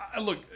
look